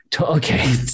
Okay